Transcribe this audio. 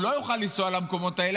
הוא לא יוכל לנסוע למקומות האלה,